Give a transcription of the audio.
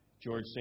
George